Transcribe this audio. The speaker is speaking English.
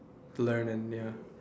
learn and ya